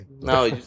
No